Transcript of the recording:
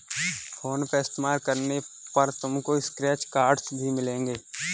phone पे इस्तेमाल करने पर तुमको स्क्रैच कार्ड्स भी मिलेंगे